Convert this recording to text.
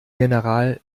general